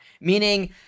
meaning